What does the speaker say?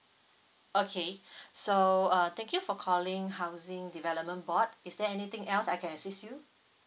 okay so uh thank you for calling housing development board is there anything else I can assist you